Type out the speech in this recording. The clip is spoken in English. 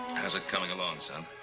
how's it coming along, son?